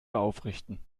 aufrichten